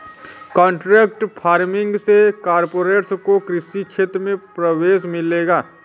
contract farming से corporates को कृषि क्षेत्र में प्रवेश मिलेगा